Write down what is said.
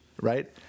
right